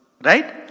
right